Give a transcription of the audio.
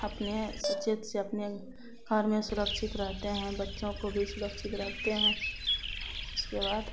अपने सचेत से अपने घर में सुरक्षित रहते हैं बच्चों को भी सुरक्षित रखते हैं उसके बाद